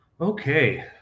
Okay